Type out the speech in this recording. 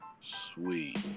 Sweet